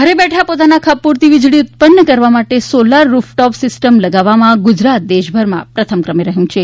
ઘેર બેઠા પોતાના ખપ પૂરતી વીજળી ઉત્પન્ન કરવા માટે સોલાર રૂફટોપ સિસ્ટમ લગાવવા માં ગુજરાત દેશભરમાં પ્રથમ ક્રમે રહ્યું છે